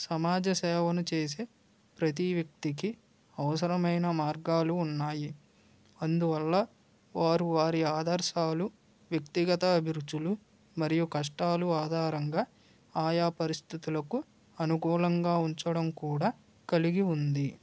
సమాజసేవను చేసే ప్రతి వ్యక్తికి అవసరమైన మార్గాలు ఉన్నాయి అందువల్ల వారు వారి ఆదర్శాలు వ్యక్తిగత అభిరుచులు మరియు కష్టాలు ఆధారంగా ఆయా పరిస్థితులకు అనుకూలంగా ఉంచడం కూడా కలిగి ఉంది